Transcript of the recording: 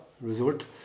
resort